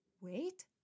wait